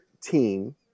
team